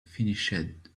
finished